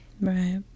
Right